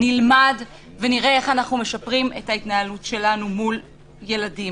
נלמד ונראה איך אנחנו משפרים את ההתנהלות שלנו מול ילדים.